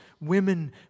women